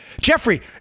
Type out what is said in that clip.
Jeffrey